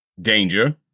danger